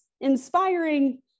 inspiring